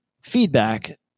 feedback